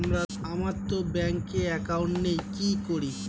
আমারতো ব্যাংকে একাউন্ট নেই কি করি?